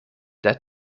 that